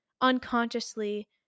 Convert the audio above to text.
unconsciously